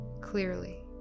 clearly